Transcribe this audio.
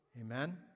Amen